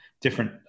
different